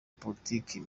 politiki